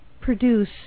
produce